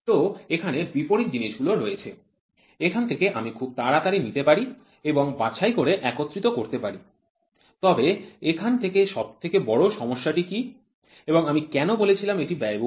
তো এখানে বিপরীত জিনিসগুলো রয়েছে এখান থেকে আমি খুব তাড়াতাড়ি নিতে পারি এবং বাছাই করে একত্রিত করতে পারি তবে এখানে সবথেকে বড় সমস্যা টি কি এবং আমি কেন বলেছিলাম এটি ব্যয়বহুল